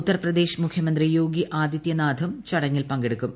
ഉത്തർപ്രദേശ് മുഖ്യമന്ത്രി യോഗി ആദിത്യനാഥും ചടങ്ങിൽ പങ്കെടുക്കും